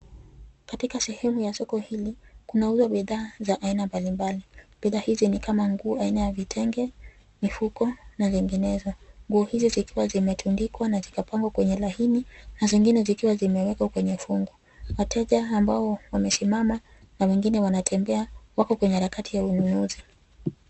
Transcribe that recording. Katika sehemu ya soko hili kunauzwa bidhaa za aina mbalimbali. Bidhaa hizi ni kama nguo aina ya vitenge, mifuko na zinginezo. Nguo hizi zikiwa zimetundikwa na zikapangwa kwenye laini na zingine zikiwa zimewekwa kwenye fungu. Wateja ambao wamesimama na wengine wanatembea wako kwenye harakati ya ununuzi.